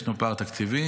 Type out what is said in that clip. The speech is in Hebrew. ישנו פער תקציבי.